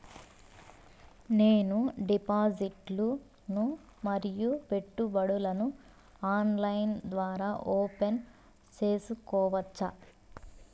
నేను డిపాజిట్లు ను మరియు పెట్టుబడులను ఆన్లైన్ ద్వారా ఓపెన్ సేసుకోవచ్చా?